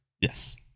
Yes